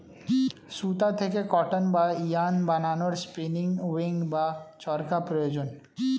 সুতা থেকে কটন বা ইয়ারন্ বানানোর স্পিনিং উঈল্ বা চরকা প্রয়োজন